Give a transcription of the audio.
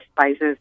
spices